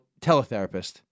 teletherapist